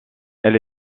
elle